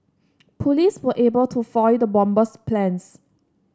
police were able to foil the bomber's plans